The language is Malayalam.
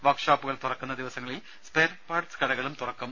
വർക്ക്ഷോപ്പുകൾ തുറക്കുന്ന ദിവസങ്ങളിൽ സ്പെയർ പാർട്സ് കടകളും തുറക്കും